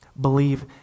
believe